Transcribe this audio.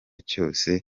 cyose